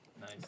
nice